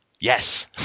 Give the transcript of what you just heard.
Yes